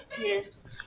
Yes